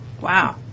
Wow